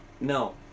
No